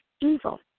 evil